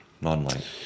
Non-light